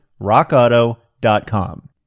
Rockauto.com